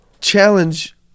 Challenge